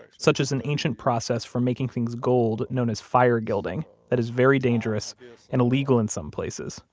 such as an ancient process for making things gold known as fire gilding that is very dangerous and illegal in some places,